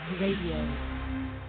Radio